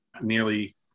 nearly